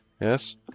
Yes